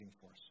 force